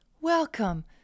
Welcome